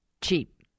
Cheap